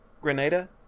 Grenada